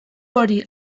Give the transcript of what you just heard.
hori